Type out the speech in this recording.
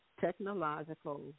technological